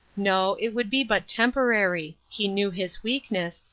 no, it would be but temporary he knew his weakness,